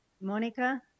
monica